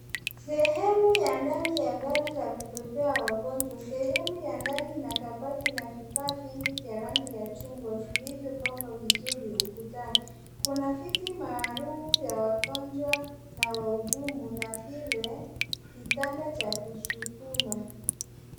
Sehemu ya ndani ya gari ya kuwabebea wagonjwa. sehemu ya ndani, ina kabati na vifaa vingi vya rangi ya chungwa vilivyopangwa vizuri. Ukutani kuna vitu maalum ya wagonjwa na wahudumu na vile kitanda cha kusukuma.